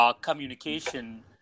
communication